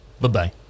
Bye-bye